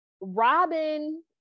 Robin